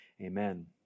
Amen